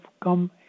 come